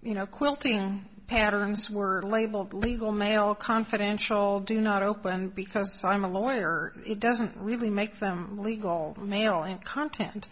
you know quilting patterns were labelled legal male confidential do not open because i'm a lawyer it doesn't really make them legal mail and content